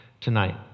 tonight